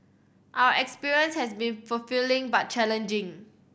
our experience has been fulfilling but challenging